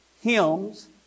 hymns